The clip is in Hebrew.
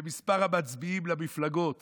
במספר המצביעים למפלגות